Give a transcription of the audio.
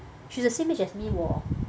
she's the same age as me wor